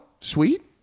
Sweet